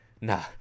nah